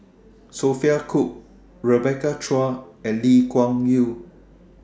Sophia Cooke Rebecca Chua and Lee Kuan Yew